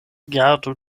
gardu